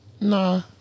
nah